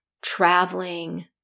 traveling